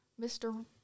Mr